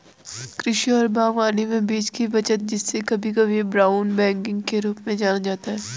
कृषि और बागवानी में बीज की बचत जिसे कभी कभी ब्राउन बैगिंग के रूप में जाना जाता है